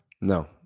No